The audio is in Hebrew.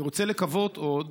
אני רוצה לקוות עוד